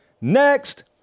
Next